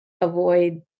avoid